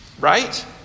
right